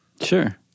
Sure